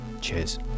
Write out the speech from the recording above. Cheers